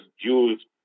Jews